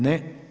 Ne.